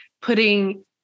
putting